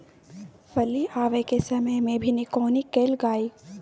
फली आबय के समय मे भी निकौनी कैल गाय?